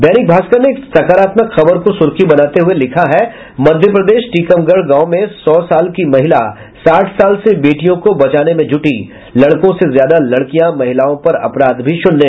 दैनिक भास्कर ने एक सकारात्मक खबर को सुर्खी बनाते हुये लिखा है मध्यप्रदेश टीकमगढ़ गांव में सौ साल की महिला साठ साल से बेटियों को बचाने में ज़्टी लड़कों से ज्यादा लड़कियां महिलाओं पर अपराध भी शून्य